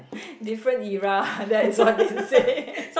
different era that is what they say